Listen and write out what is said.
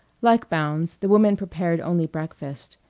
like bounds, the woman prepared only breakfast.